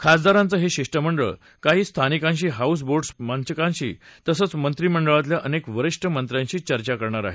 खासदारांचं हे शिष्ट मंडळ काही स्थानिकांशी हाऊस बोटस्च्या मालकांशी तसंच मंत्रीमंडळातल्या अनेक वरीष्ठ मंत्र्यांशी चर्चा करणार आहे